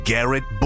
Garrett